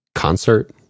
concert